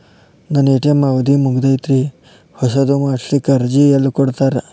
ನನ್ನ ಎ.ಟಿ.ಎಂ ಅವಧಿ ಮುಗದೈತ್ರಿ ಹೊಸದು ಮಾಡಸಲಿಕ್ಕೆ ಅರ್ಜಿ ಎಲ್ಲ ಕೊಡತಾರ?